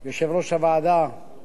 ראשית אני רוצה לברך אותך